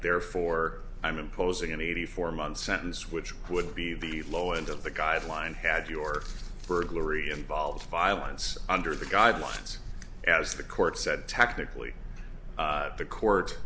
therefore i'm imposing an eighty four month sentence which would be the low end of the guideline had your burglary involved violence under the guidelines as the court said technically the court